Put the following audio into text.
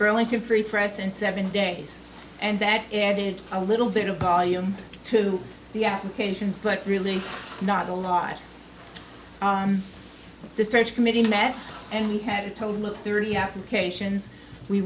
burlington free press in seven days and that added a little bit of volume to the applications but really not a lot of the search committee met and we had a total of thirty applications we